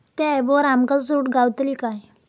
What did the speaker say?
त्या ऍपवर आमका सूट गावतली काय?